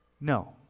No